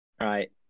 Right